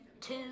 two